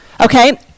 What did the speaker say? okay